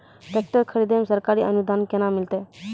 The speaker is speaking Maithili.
टेकटर खरीदै मे सरकारी अनुदान केना मिलतै?